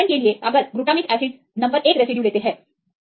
इसलिए उदाहरण के लिए अगर हम ग्लूटामिक एसिड बराबर नंबर एक रेसिड्यू लेते हैं